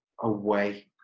away